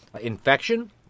Infection